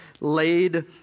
laid